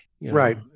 Right